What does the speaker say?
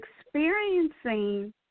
experiencing